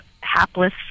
hapless